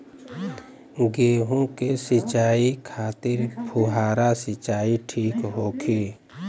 गेहूँ के सिंचाई खातिर फुहारा सिंचाई ठीक होखि?